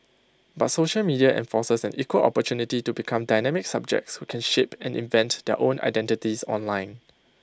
but social media enforces an equal opportunity to become dynamic subjects who can shape and invent their own identities online